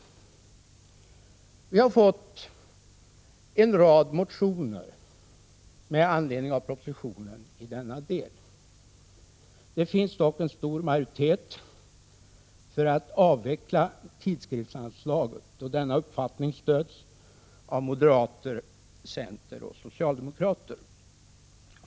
Vi har fått en rad motioner med anledning av propositionsförslaget i denna del. Det finns dock en stor majoritet för att avveckla detta tidskriftsanslag. Denna uppfattning stöds av moderater, centerpartister och socialdemokrater.